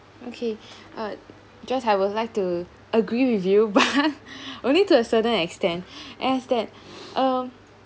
okay joyce I would like to agree with you but only to a certain extent as that um